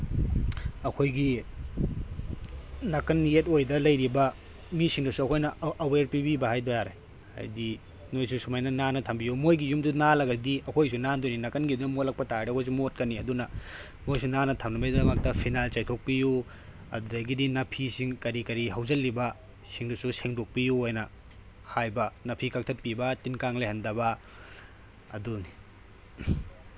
ꯑꯩꯈꯣꯏꯒꯤ ꯅꯥꯀꯜ ꯌꯦꯠ ꯑꯣꯏꯗ ꯂꯩꯔꯤꯕ ꯃꯤꯁꯤꯡꯗꯁꯨ ꯑꯩꯈꯣꯏꯅ ꯑꯋꯦꯔ ꯄꯤꯕꯤꯕ ꯍꯥꯏꯇꯥꯔꯦ ꯍꯥꯏꯗꯤ ꯅꯣꯏꯁꯨ ꯁꯨꯃꯥꯏꯅ ꯅꯥꯟꯅ ꯊꯝꯕꯤꯌꯨ ꯃꯣꯏꯒꯤ ꯌꯨꯝꯗꯣ ꯅꯥꯜꯂꯒꯗꯤ ꯑꯩꯈꯣꯏꯁꯨ ꯅꯥꯟꯗꯣꯏꯅꯤ ꯅꯥꯀꯜꯒꯤꯗꯨꯅ ꯃꯣꯠꯂꯛꯄꯇꯥꯔꯒꯗꯤ ꯑꯩꯈꯣꯏꯁꯨ ꯃꯣꯠꯀꯅꯤ ꯑꯗꯨꯅ ꯃꯣꯏꯁꯨ ꯅꯥꯟꯅ ꯊꯝꯅꯕꯒꯤꯗꯃꯛꯇ ꯐꯤꯅꯥꯏꯜ ꯆꯥꯏꯊꯣꯛꯄꯤꯌꯨ ꯑꯗꯨꯗꯒꯤꯗꯤ ꯅꯥꯄꯤꯁꯤꯡ ꯀꯔꯤ ꯀꯔꯤ ꯍꯧꯖꯤꯜꯂꯤꯕ ꯁꯤꯡꯗꯨꯁꯨ ꯁꯦꯡꯗꯣꯛꯄꯤꯌꯨ ꯍꯥꯏꯅ ꯍꯥꯏꯕ ꯅꯥꯄꯤ ꯀꯛꯊꯠꯄꯤꯕ ꯇꯤꯟ ꯀꯥꯡ ꯂꯩꯍꯟꯗꯕ ꯑꯗꯨꯅꯤ